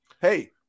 hey